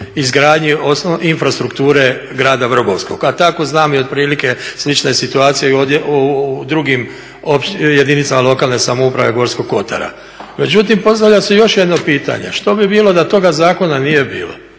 izgradnji infrastrukture grada Vrbovskog, a tako znam i otprilike slične situacije u drugim jedinicama lokalne samouprave Gorskog kotara. Međutim postavlja se još jedno pitanje, što bi bilo da toga zakona nije bilo.